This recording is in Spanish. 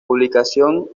publicación